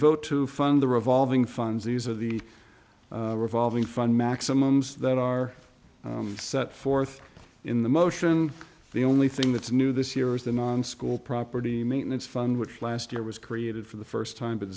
vote to fund the revolving funds these are the revolving fund maximums that are set forth in the motion the only thing that's new this year is the non school property maintenance fund which last year was created for the first time but